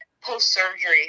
post-surgery